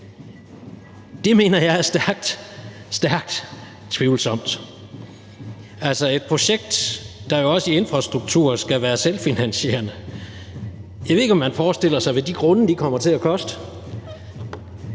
Det mener jeg er stærkt, stærkt tvivlsomt. Altså, det er et projekt, der jo også i infrastruktur skal være selvfinansierende, og jeg ved ikke, hvad man forestiller sig de grunde kommer til at koste.